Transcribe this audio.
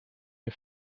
her